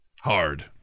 Hard